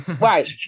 Right